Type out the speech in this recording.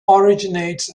originates